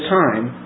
time